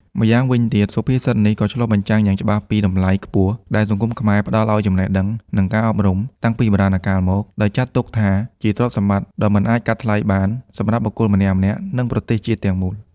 ម្យ៉ាងវិញទៀត សុភាសិតនេះក៏ឆ្លុះបញ្ចាំងយ៉ាងច្បាស់ពី តម្លៃខ្ពស់ដែលសង្គមខ្មែរផ្តល់ឱ្យចំណេះដឹង និងការអប់រំ តាំងពីបុរាណកាលមក ដោយចាត់ទុកថាជាទ្រព្យសម្បត្តិដ៏មិនអាចកាត់ថ្លៃបានសម្រាប់បុគ្គលម្នាក់ៗ និងប្រទេសជាតិទាំងមូល។